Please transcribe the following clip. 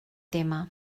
tema